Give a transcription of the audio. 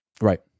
Right